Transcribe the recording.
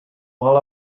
while